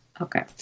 Okay